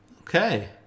okay